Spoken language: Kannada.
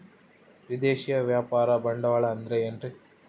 ವಿದೇಶಿಯ ವ್ಯಾಪಾರ ಬಂಡವಾಳ ಅಂದರೆ ಏನ್ರಿ?